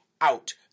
out